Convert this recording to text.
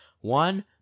one